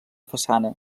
façana